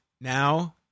Now